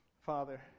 Father